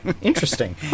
interesting